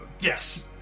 Yes